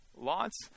Lots